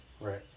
Right